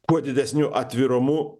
kuo didesniu atvirumu